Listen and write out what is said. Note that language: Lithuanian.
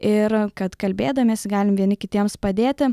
ir kad kalbėdamiesi galim vieni kitiems padėti